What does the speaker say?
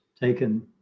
taken